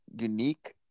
unique